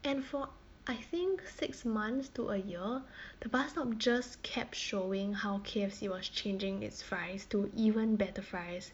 and for I think six months to a year the bus stop just kept showing how K_F_C was changing its fries to even better fries